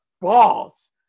balls